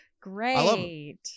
Great